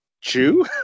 chew